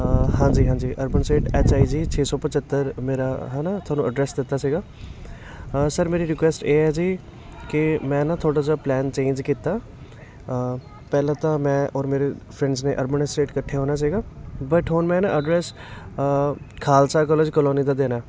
ਹਾਂਜੀ ਹਾਂਜੀ urban estate H I G ਛੇ ਸੌ ਪਝੱਤਰ ਮੇਰਾ ਹੈ ਨਾ ਤੁਹਾਨੂੰ ਐਡਰੈਸ ਦਿੱਤਾ ਸੀਗਾ ਹਾਂ ਸਰ ਮੇਰੀ ਰਿਕੁਐਸਟ ਇਹ ਹੈ ਜੀ ਕਿ ਮੈਂ ਨਾ ਥੋੜ੍ਹਾ ਜਿਹਾ ਪਲੈਨ ਚੇਂਜ ਕੀਤਾ ਪਹਿਲਾਂ ਤਾਂ ਮੈਂ ਔਰ ਮੇਰੇ ਫਰੈਂਡਸ ਨੇ ਅਰਬਨ ਅਸਟੇਟ ਇਕੱਠੇ ਹੋਣਾ ਸੀਗਾ ਬਟ ਹੁਣ ਮੈਂ ਨਾ ਐਡਰੈਸ ਖਾਲਸਾ ਕੋਲੇਜ ਕਲੋਨੀ ਦਾ ਦੇਣਾ